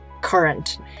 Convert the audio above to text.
current